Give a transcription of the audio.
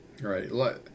Right